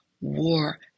War